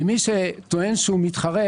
מי שטוען שהוא מתחרה,